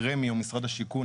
רמ"י או משרד השיכון,